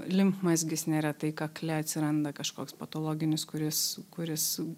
limfmazgis neretai kakle atsiranda kažkoks patologinis kuris kuris